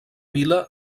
vila